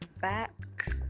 back